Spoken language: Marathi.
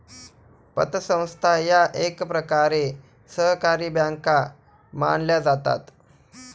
पतसंस्था या एकप्रकारे सहकारी बँका मानल्या जातात